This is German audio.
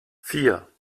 vier